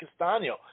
Castanio